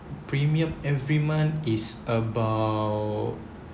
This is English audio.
premium every month is about